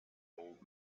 old